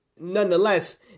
Nonetheless